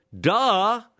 Duh